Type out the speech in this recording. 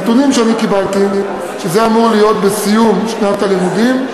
הנתונים שאני קיבלתי הם שזה אמור להיות בסיום שנת הלימודים,